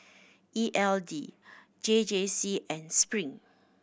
E L D J J C and Spring